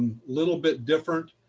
little bit different.